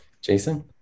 Jason